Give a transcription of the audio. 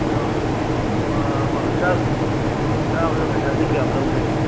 ꯑꯗꯣ ꯆꯥꯛ ꯆꯥꯕꯗ ꯄꯩꯁꯥꯗꯤ ꯀꯌꯥꯝ ꯂꯧꯒꯦ